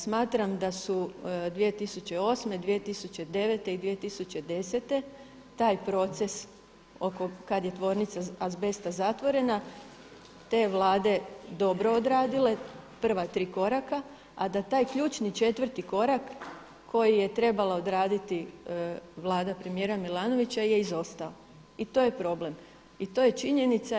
Smatram da su 2008., 2009. i 2010. taj proces kada je tvornica azbesta zatvorena te vlade dobro odradile, prva tri koraka, a da taj ključni četvrti korak koji je trebala odraditi vlada premijera Milanovića je izostao i to je problem i to je činjenica.